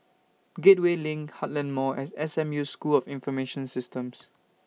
Gateway LINK Heartland Mall and S M U School of Information Systems